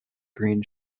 green